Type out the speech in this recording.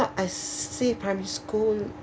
I see primary school